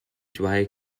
dry